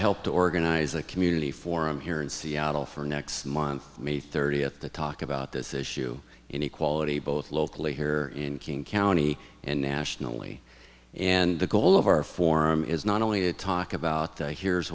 helped organize a community forum here in seattle for next month may thirtieth to talk about this issue inequality both locally here in king county and nationally and the goal of our form is not only a talkin about the here's